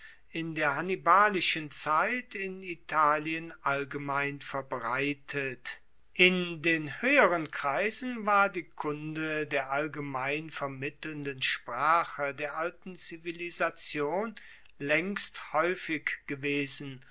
in der hannibalischen zeit in italien allgemein verbreitet in den hoeheren kreisen war die kunde der allgemein vermittelnden sprache der alten zivilisation laengst haeufig gewesen